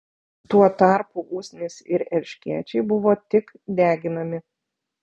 tuo tarpu usnys ir erškėčiai buvo tik deginami